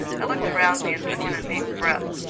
i looked around me and took in a deep breath.